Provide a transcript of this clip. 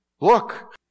look